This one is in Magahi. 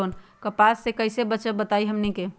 कपस से कईसे बचब बताई हमनी के?